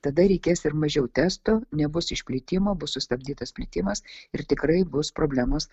tada reikės ir mažiau testų nebus išplitimo bus sustabdytas plitimas ir tikrai bus problemos